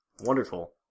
Wonderful